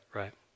right